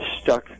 stuck